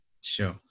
Sure